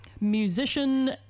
musician